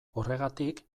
horregatik